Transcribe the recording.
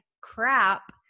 crap